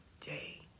day